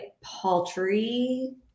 paltry